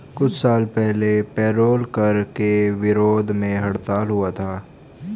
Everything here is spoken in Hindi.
कुछ साल पहले पेरोल कर के विरोध में हड़ताल हुआ था